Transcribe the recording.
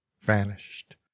vanished